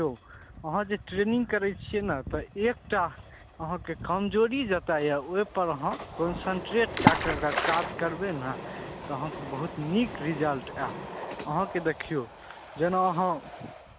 देखियौ हाँ जे ट्रेनिंग करय छियै ने तऽ एक टा अहाँके कमजोरी जेतऽ यऽ ओइपर अहाँ कन्सन्ट्रेट कएके अगर काज करबय ने तऽ अहाँके बहुत नीक रिजल्ट आयत अहाँके देखियौ जेना अहाँ